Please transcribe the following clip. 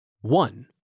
One